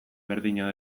berdina